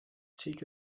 take